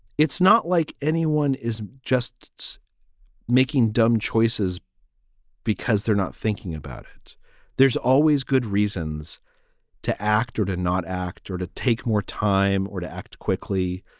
it's not like anyone is just making dumb choices because they're not thinking about it there's always good reasons to act or to not act or to take more time or to act quickly.